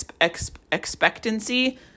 expectancy